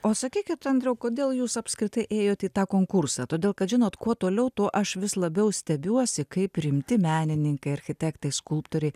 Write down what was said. o sakykit andriau kodėl jūs apskritai ėjot į tą konkursą todėl kad žinot kuo toliau tuo aš vis labiau stebiuosi kaip rimti menininkai architektai skulptoriai